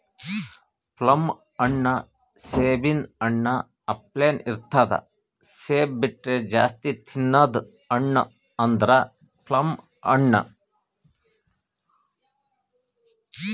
plum ಹಣ್ಣ್ ಸೇಬಿನ್ ಹಣ್ಣ ಅಪ್ಲೆನೇ ಇರ್ತದ್ ಸೇಬ್ ಬಿಟ್ರ್ ಜಾಸ್ತಿ ತಿನದ್ ಹಣ್ಣ್ ಅಂದ್ರ ಪ್ಲಮ್ ಹಣ್ಣ್